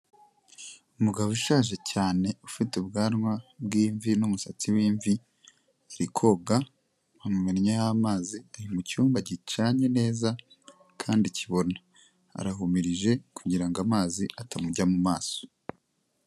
Umugabo ushaje cyane ufite ubwanwa bw'imvi n'umusatsi w'imvi ari koga, bamumennyeho amazi, ari mu cyumba gicanye neza kandi kibona. Arahumirije kugira ngo amazi atamujya mu maso.